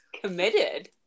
Committed